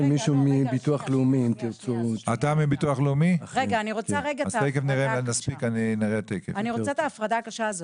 אני רוצה לעשות את ההפרדה הקשה הזו: